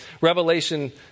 Revelation